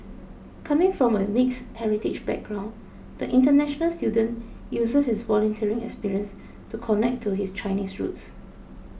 coming from a mixed heritage background the international student uses his volunteering experience to connect to his Chinese roots